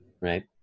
Right